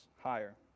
higher